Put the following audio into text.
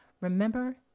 Remember